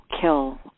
kill